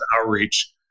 outreach